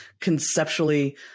conceptually